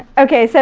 okay, so